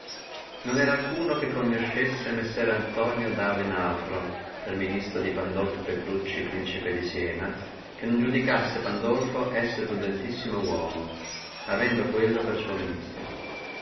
non era alcuno che conoscessi messer antonio da venafro per ministro di pandolfo petrucci principe di siena che non iudicasse pandolfo essere valentissimo uomo avendo quello per suo ministro